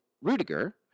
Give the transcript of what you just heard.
Rudiger